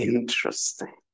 Interesting